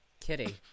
Kitty